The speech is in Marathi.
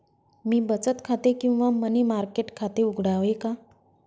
मी बचत खाते किंवा मनी मार्केट खाते उघडावे का?